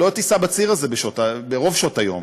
לא תיסע בציר הזה רוב שעות היום.